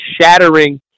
shattering